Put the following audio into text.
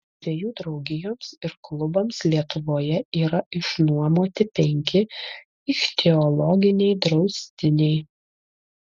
žvejų draugijoms ir klubams lietuvoje yra išnuomoti penki ichtiologiniai draustiniai